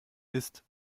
isst